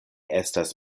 estas